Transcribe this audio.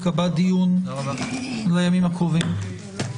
ייקבע דיון לימים הקרובים.